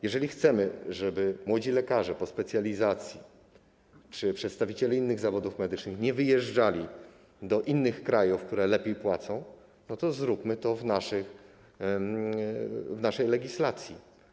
Jeżeli chcemy, żeby młodzi lekarze po specjalizacji czy przedstawiciele innych zawodów medycznych nie wyjeżdżali do innych krajów, które lepiej płacą, to zróbmy to w naszej legislacji.